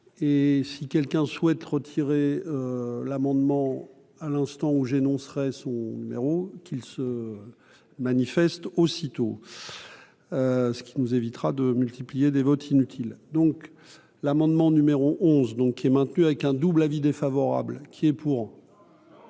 Et si quelqu'un souhaite retirer l'amendement à l'instant où j'ai non serait son numéro. Qu'ils se manifestent aussitôt ce qui nous évitera de multiplier des votes inutile donc. L'amendement numéro 11 donc est maintenu avec un double avis défavorable qui est pour.